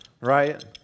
right